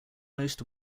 most